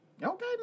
Okay